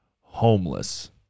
homeless